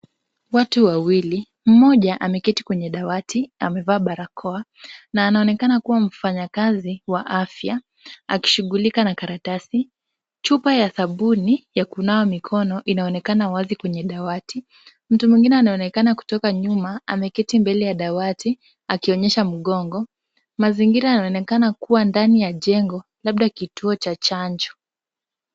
Watu wawili, mmoja ameketi kwenye dawati amevaa barakoa na anaonekana kuwa mfanyakazi wa afya akishughulika na karatasi. Chupa ya sabuni ya kunawa mikono inaonekana wazi kwenye dawati. Mtu mwingine anaonekana kutoka nyuma ameketi mbele ya dawati akionyesha mgongo. Mazingira yanaonekana kuwa ndani ya jengo labda kituo cha chanjo.